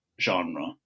genre